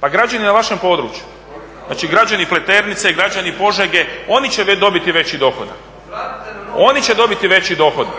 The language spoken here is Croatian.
Pa građani na vašem području. Znači, građani Pleternice, građani Požege, oni će dobiti veći dohodak. Ono će dobiti veći dohodak.